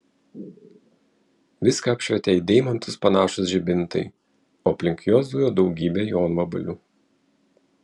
viską apšvietė į deimantus panašūs žibintai o aplink juos zujo daugybė jonvabalių